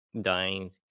dying